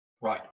Right